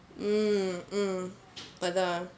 mm mm அதான்:athaan